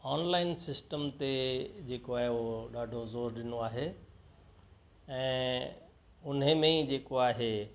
online system ते जेको आहे हूअ ॾाढो ज़ोर ॾिनो आहे ऐं उन्हीअ में ई जेको आहे